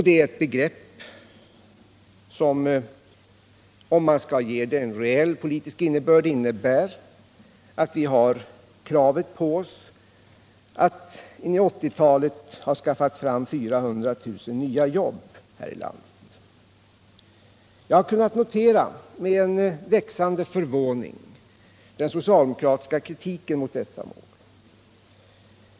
Det är ett begrepp som, om man skall ge det en reell politisk innebörd, betyder att vi har kravet på oss att under 1980-talet skaffa fram 400 000 nya jobb i vårt land. Jag har med växande förvåning kunnat notera den socialdemokratiska kritiken mot detta mål.